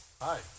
Hi